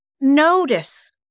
notice